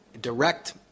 direct